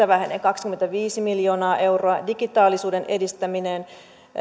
vähenee kaksikymmentäviisi miljoonaa euroa digitaalisuuden edistäminen